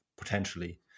potentially